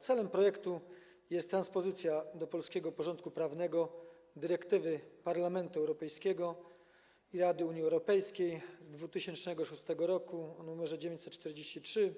Celem projektu jest transpozycja do polskiego porządku prawnego dyrektywy Parlamentu Europejskiego i Rady Unii Europejskiej z 2006 r. nr 943